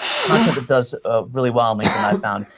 content that does ah really well on linkedin, i've found,